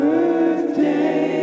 Birthday